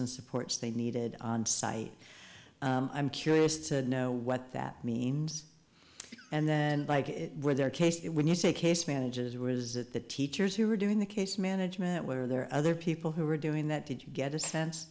and supports they needed onsite i'm curious to know what that means and then where there are cases when you say case managers where is that the teachers who are doing the case management where there are other people who are doing that did you get